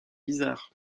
bizarre